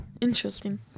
Interesting